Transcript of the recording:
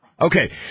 Okay